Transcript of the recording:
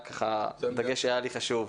רק ככה הדגש שהיה לי חשוב.